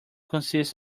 consists